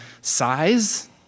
size